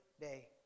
day